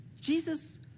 Jesus